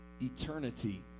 Eternity